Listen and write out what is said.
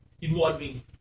Involving